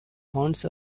haunts